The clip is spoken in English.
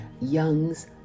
Young's